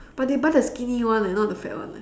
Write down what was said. but they buy the skinny one eh not the fat one eh